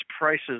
prices